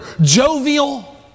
jovial